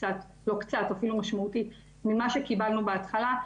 אני חושבת שעברנו כברת